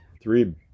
three